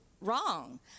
wrong